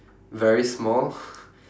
very small